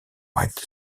white